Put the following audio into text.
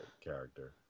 character